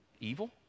evil